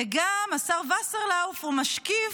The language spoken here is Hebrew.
וגם השר וסרלאוף הוא משקיף.